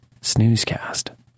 snoozecast